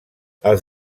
els